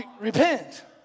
Repent